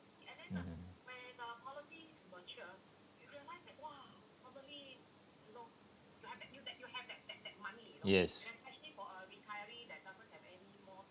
mmhmm yes